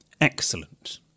Excellent